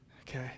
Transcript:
Okay